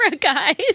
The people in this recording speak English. guys